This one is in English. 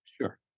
sure